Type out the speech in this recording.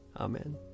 Amen